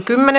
asia